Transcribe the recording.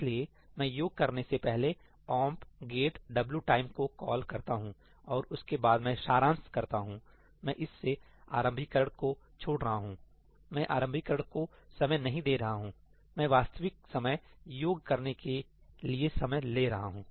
इसलिए मैं योग करने से पहले ' omp get wtime को कॉल करता हूं और उसके बाद मैं सारांश करता हूं मैं इस से आरंभीकरण को छोड़ रहा हूंसही मैं आरंभीकरण को समय नहीं दे रहा हूं मैं वास्तविक समय योग करने के लिए समय ले रहा हूं